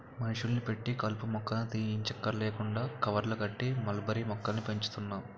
మనుషుల్ని పెట్టి కలుపు మొక్కల్ని తీయంచక్కర్లేకుండా కవర్లు కట్టి మల్బరీ మొక్కల్ని పెంచుతున్నాం